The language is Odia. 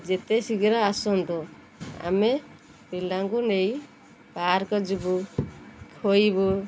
ଯେତେ ଶୀଘ୍ର ଆସନ୍ତୁ ଆମେ ପିଲାଙ୍କୁ ନେଇ ପାର୍କ ଯିବୁ ଖୁଆଇବୁ